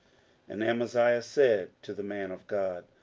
and amaziah said to the man of god,